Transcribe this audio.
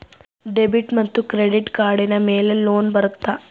Debit ಮತ್ತು credit ಕಾರ್ಡಿನ ಮೇಲೆ ಲೋನ್ ಬರುತ್ತಾ?